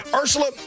Ursula